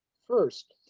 first,